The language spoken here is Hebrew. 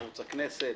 ערוץ הכנסת,